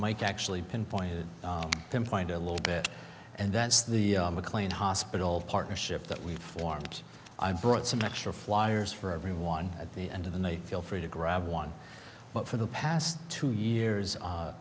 mike actually pinpointed them find a little bit and that's the mclean hospital partnership that we formed i brought some extra flyers for everyone at the end of the night feel free to grab one but for the past two years